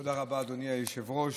תודה רבה, אדוני היושב-ראש.